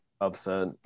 upset